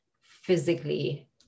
physically